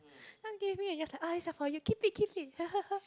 uh gave me uh just like this one for you keep it keep it hahaha